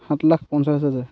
সাত লাখ পঞ্চাছ হাজাৰ